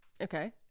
Okay